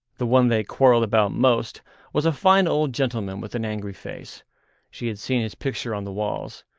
the one they quarrelled about most was a fine old gentleman with an angry face she had seen his picture on the walls.